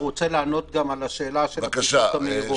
הוא רוצה לענות גם על השאלה של הבדיקות המהירות.